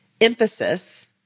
emphasis